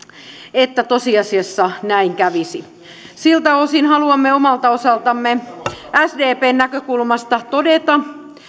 että tosiasiassa näin kävisi siltä osin haluamme omalta osaltamme sdpn näkökulmasta todeta